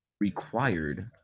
required